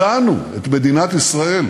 וישראל, את בתי-המקדש,